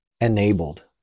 enabled